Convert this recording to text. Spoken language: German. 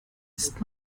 ist